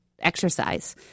exercise